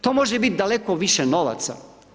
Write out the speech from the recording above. To može biti daleko više novaca.